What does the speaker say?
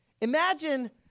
Imagine